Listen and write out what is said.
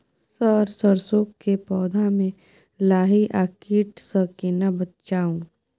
Sir सरसो के पौधा में लाही आ कीट स केना बचाऊ?